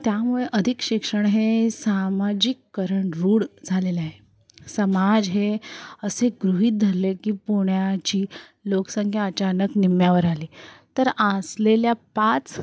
त्यामुळे अधिक शिक्षण हे समीकरण रूढ झालेलं आहे समजा हे असे गृहित धरले की पुण्याची लोकसंख्या अचानक निम्म्यावर आली तर असलेल्या पाच